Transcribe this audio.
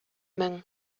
мең